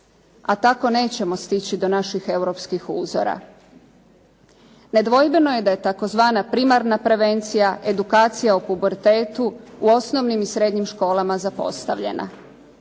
a tako nećemo stići do naših europskih uzora. Nedvojbeno je da je tzv. primarna prevencija, edukacija u pubertetu u osnovnim i srednjim školama zapostavljena.